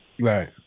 right